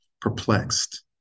perplexed